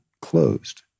closed